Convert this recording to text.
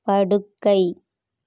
படுக்கை